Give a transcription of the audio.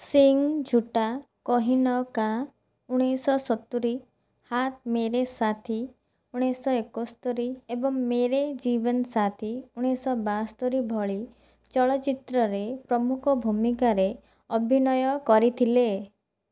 ସିଂ ଝୁଟା କହିନ କା ଉଣେଇଶ ସତୁରି ହାଥ ମେରେ ସାଥି ଉଣେଇଶ ଏକସ୍ତରି ଏବଂ ମେରେ ଜୀବନ ସାଥି ଉଣେଇଶ ବାସ୍ତରି ଭଳି ଚଳଚ୍ଚିତ୍ରରେ ପ୍ରମୁଖ ଭୂମିକାରେ ଅଭିନୟ କରିଥିଲେ